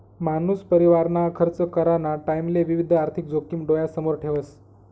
मानूस परिवारना खर्च कराना टाईमले विविध आर्थिक जोखिम डोयासमोर ठेवस